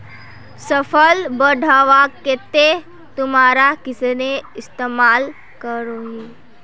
फसल बढ़वार केते तुमरा किसेर इस्तेमाल करोहिस?